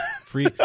Free